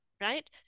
right